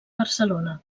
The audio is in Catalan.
barcelona